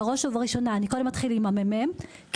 בראש ובראשונה אני רוצה להודות למרכז מחקר ומידע